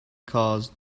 caused